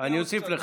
אני אוסיף לך.